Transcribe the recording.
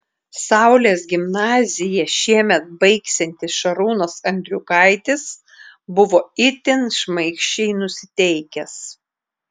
saulės gimnaziją šiemet baigsiantis šarūnas andriukaitis buvo itin šmaikščiai nusiteikęs